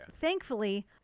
thankfully